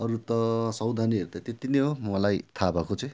अरू त सावधानीहरू त त्यति नै हो मलाई थाहा भएको चाहिँ